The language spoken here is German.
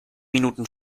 minuten